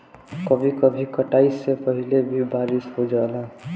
कभी कभी कटाई से पहिले भी बारिस हो जाला